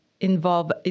involve